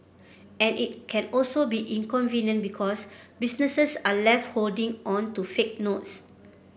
and it can also be inconvenient because businesses are left holding on to fake notes